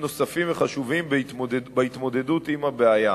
נוספים וחשובים להתמודדות עם הבעיה,